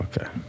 okay